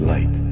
Light